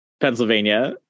Pennsylvania